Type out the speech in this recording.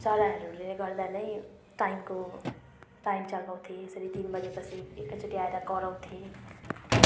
चराहरूले गर्दा नै टाइमको टाइम चाल पाउँथेँ यसरी तिन बजीपछि एकैचोटि आएर कराउँथे